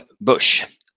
Bush